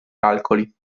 calcoli